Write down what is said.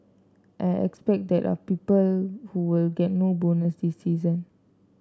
I expect that are people who will get no bonus this season